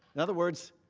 in other words,